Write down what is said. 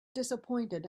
disappointed